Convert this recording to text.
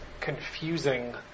confusing